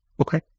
Okay